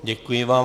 Děkuji vám.